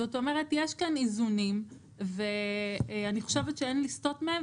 זאת אומרת יש כאן איזונים ואני חושבת שאין לסטות מהם,